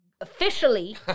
officially